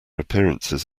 appearances